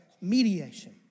mediation